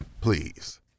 Please